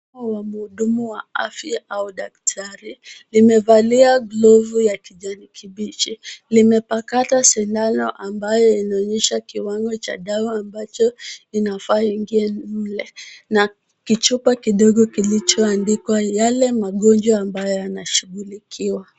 Huyu ni mhudumu wa afya au daktari. Amevalia glovu ya kijani kibichi, amepakata sindano ambayo inaonyesha kiwango cha dawa ambacho kinafaa kiingie mle na kichupa kidogo kilichoandikwa yale magonjwa ambayo yanashughulikiwa.